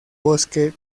bosque